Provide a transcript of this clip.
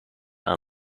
aan